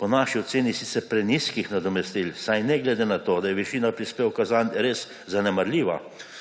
po naši oceni sicer prenizkih nadomestil, saj ne glede na to, da je višina prispevka zanj res zanemarljiva,